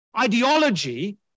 ideology